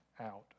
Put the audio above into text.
out